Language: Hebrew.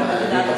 מה היא אומרת להם?